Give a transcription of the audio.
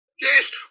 Yes